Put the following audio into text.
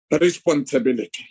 responsibility